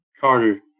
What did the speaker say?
Carter